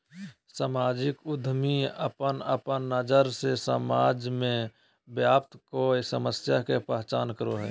सामाजिक उद्यमी अपन अपन नज़र से समाज में व्याप्त कोय समस्या के पहचान करो हइ